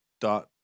dot